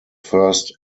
first